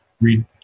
read